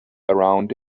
around